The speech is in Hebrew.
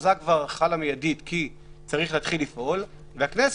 ההכרזה כבר חלה מידית כי צריך להתחיל לפעול והכנסת